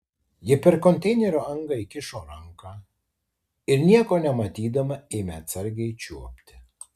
ji per konteinerio angą įkišo ranką ir nieko nematydama ėmė atsargiai čiuopti